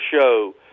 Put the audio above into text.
show